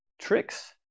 tricks